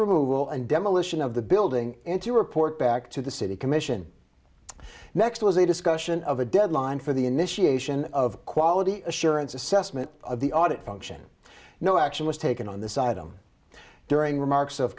removal and demolition of the building and to report back to the city commission next was a discussion of a deadline for the initiation of quality assurance assessment of the audit function no action was taken on this item during remarks of